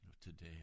Today